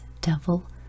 devil